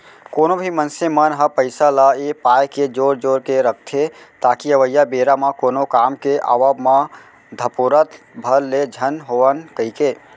कोनो भी मनसे मन ह पइसा ल ए पाय के जोर जोर के रखथे ताकि अवइया बेरा म कोनो काम के आवब म धपोरत भर ले झन होवन कहिके